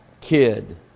kid